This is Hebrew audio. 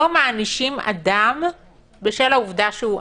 לא מענישים אדם בגלל שהוא עני.